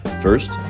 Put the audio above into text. First